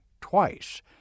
twice